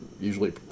usually